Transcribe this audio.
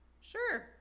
sure